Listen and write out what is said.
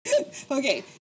Okay